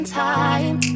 time